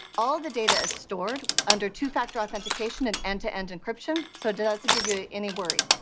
all of the data is stored under two-factor authentication and end-to-end encryption, so it doesn't give you any worry.